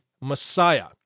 Messiah